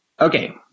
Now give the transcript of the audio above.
Okay